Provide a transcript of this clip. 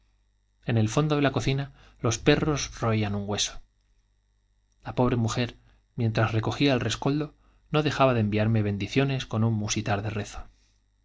mujeruca el fondo de la cocina los perros roían un hueso la mientras recogía el rescoldo no dejaba pobre mujer de enviarme bendiciones con un musítar de rezo